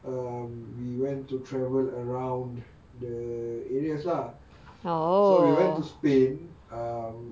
um we went to travel around the areas lah so we went to spain um